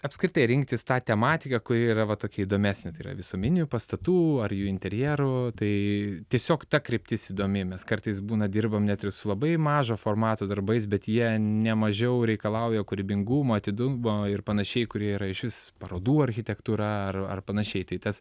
apskritai rinktis tą tematiką kuri yra va tokia įdomesnė yra visuomeninių pastatų ar jų interjerų tai tiesiog ta kryptis įdomi mes kartais būna dirbam net ir su labai mažo formato darbais bet jie nemažiau reikalauja kūrybingumo atidumo ir panašiai kurie yra iš vis parodų architektūra ar panašiai tai tas